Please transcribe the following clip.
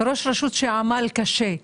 ראש רשות שעמל קשה.